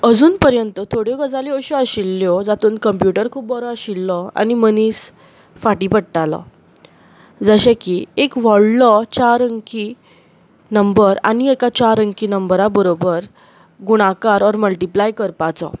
अजून पर्यंत थोड्यो गजाली अश्यो आशिल्ल्यो जातूंत कंप्युटर खूब बरो आशिल्लो आनी मनीस फाटीं पडटालो जशे की एक व्हडलो चार अंकी नंबर आनी एका चार अंकी नंबरा बरोबर गुणाकार ओर मल्टीप्लाय करपाचो